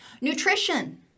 Nutrition